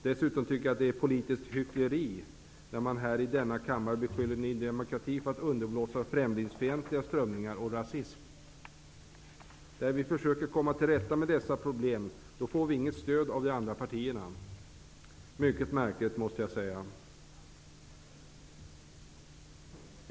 Dessutom tycker jag att det är politiskt hyckleri när man här i denna kammare beskyller Ny demokrati för att underblåsa främlingsfientliga strömningar och rasism. När vi försöker komma till rätta med dessa problem, får vi inget stöd av de andra partierna. Det är mycket märkligt, måste jag säga.